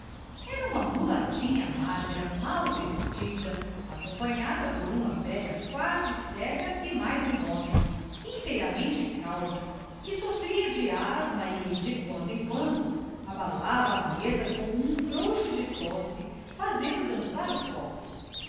era uma mulatinha magra mal vestida acompanhada por uma velha quase cega e mais um homem inteiramente calvo que sofria de asma e de quando em quando abalava a mesa com um frouxo de tosse fazendo dançar os copos